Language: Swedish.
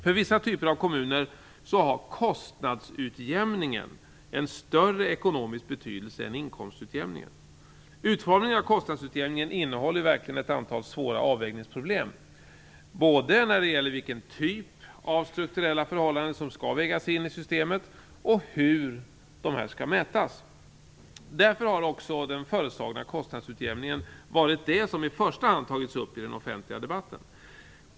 För vissa typer av kommuner har kostnadsutjämningen en större ekonomisk betydelse än inkomstutjämningen. Utformningen av kostnadsutjämningen innehåller verkligen ett antal svåra avvägningsproblem, när det gäller både vilken typ av strukturella förhållanden som skall vägas in i systemet och hur dessa skall mätas. Därför har också den föreslagna kostnadsutjämningen varit det som i första hand tagits upp i den offentliga debatten.